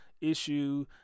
issue